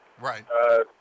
Right